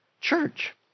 church